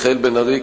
מיכאל בן-ארי,